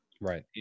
right